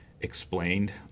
explained